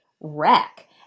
wreck